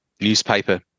newspaper